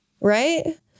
Right